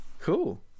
Cool